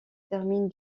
termine